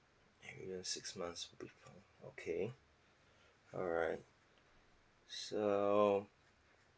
ya six months will be fine okay alright so